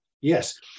Yes